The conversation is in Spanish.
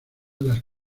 las